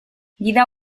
gida